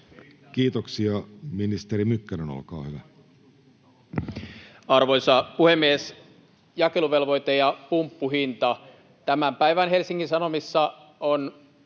Kiitoksia. — Ministeri Mykkänen, olkaa hyvä. Arvoisa puhemies! Jakeluvelvoite ja pumppuhinta. Tämän päivän Helsingin Sanomissa on